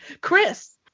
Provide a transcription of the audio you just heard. Chris